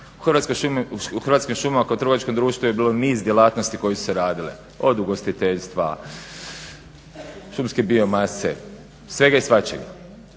u Hrvatskim šumama kao trgovačkom društvu je bilo niz djelatnosti koje su se radile od ugostiteljstva, šumske biomase svega i svačega.